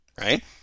right